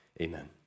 Amen